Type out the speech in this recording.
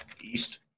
East